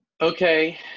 Okay